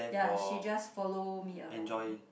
ya she just follow me around